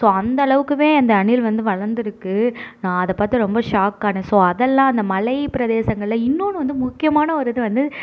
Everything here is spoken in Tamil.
அந்தளவுக்குமே இந்த அணில் வந்து வளர்ந்துருக்கு நான் அதை பார்த்து ரொம்ப ஷாக் ஆனேன் ஸோ அதல்லாம் அந்த மலை பிரதேசங்களில் இன்னோன்று வந்து முக்கியமான ஒரு இது வந்து